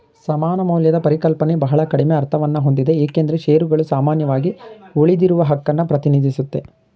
ಸಮಾನ ಮೌಲ್ಯದ ಪರಿಕಲ್ಪನೆ ಬಹಳ ಕಡಿಮೆ ಅರ್ಥವನ್ನಹೊಂದಿದೆ ಏಕೆಂದ್ರೆ ಶೇರುಗಳು ಸಾಮಾನ್ಯವಾಗಿ ಉಳಿದಿರುವಹಕನ್ನ ಪ್ರತಿನಿಧಿಸುತ್ತೆ